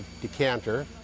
decanter